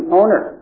owner